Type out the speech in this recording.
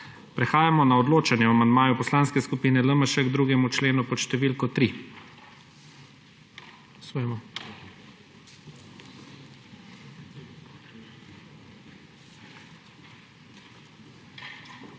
Prehajamo na odločanje o amandmaju Poslanske skupine LMŠ k 2. členu pod številko 3.